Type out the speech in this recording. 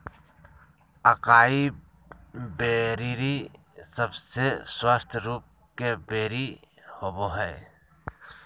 acai berry सबसे स्वस्थ रूप के बेरी होबय हइ